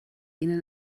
ihnen